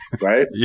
Right